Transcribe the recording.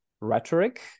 rhetoric